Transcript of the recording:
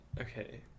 okay